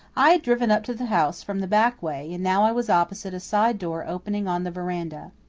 i had driven up to the house from the back way and now i was opposite a side door opening on the veranda.